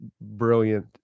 Brilliant